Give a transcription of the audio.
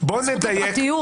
בזכות לפרטיות.